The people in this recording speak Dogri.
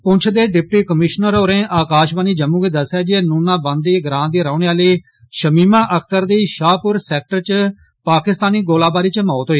पुंछ दे डिप्टी कमीशनर होरें आकाशवाणी जम्मू गी दस्सेआ जे नुनावांदी ग्रां दी रौहने आहली शमीमा अख्तर दी शाहपुर सैक्टर च पाकिस्तानी गोलाबारी च मौत होई